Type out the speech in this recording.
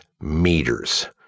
meters